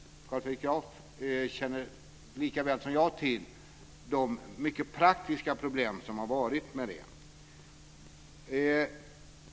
Carl Fredrik Graf känner lika väl som jag till de mycket praktiska problem som har varit med den.